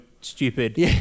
stupid